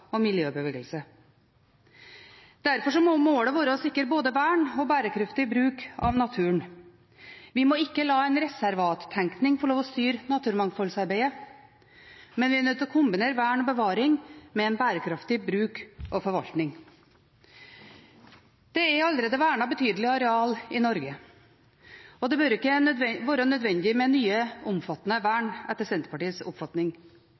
og miljøbevegelse. Derfor må målet være å sikre både vern og bærekraftig bruk av naturen. Vi må ikke la en reservattenkning få lov til å styre naturmangfoldsarbeidet, men vi er nødt til å kombinere vern og bevaring med en bærekraftig bruk og forvaltning. Det er allerede vernet betydelige areal i Norge. Det bør ikke være nødvendig med nye, omfattende vern, etter Senterpartiets oppfatning.